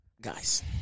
Guys